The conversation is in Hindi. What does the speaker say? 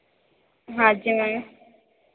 हाँ जी मैम